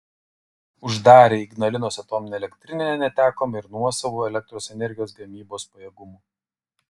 uždarę ignalinos atominę elektrinę netekome ir nuosavų elektros energijos gamybos pajėgumų